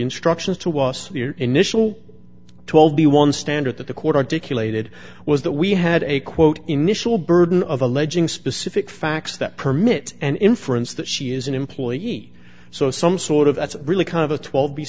instructions to was your initial told the one standard that the court articulated was that we had a quote initial burden of alleging specific facts that permit an inference that she is an employee so some sort of that's really kind of a twelve b